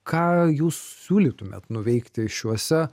ką jūs siūlytumėt nuveikti šiuose